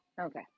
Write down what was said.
Okay